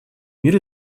мир